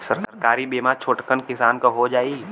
सरकारी बीमा छोटकन किसान क हो जाई?